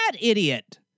idiot